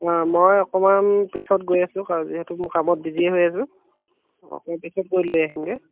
অঁ মই অকণমান পিছত গৈ আছোঁ কা যিহেতু মই কামত বিজি হৈ আছোঁ অকণ পিছত গৈ লৈ আহিমগৈ